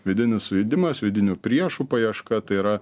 vidinis sujudimas vidinių priešų paieška tai yra